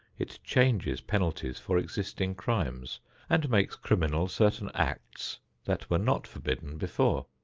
it changes penalties for existing crimes and makes criminal certain acts that were not forbidden before.